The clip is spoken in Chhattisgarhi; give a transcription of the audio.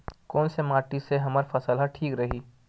कोन से माटी से हमर फसल ह ठीक रही?